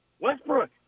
Westbrook